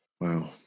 Wow